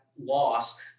loss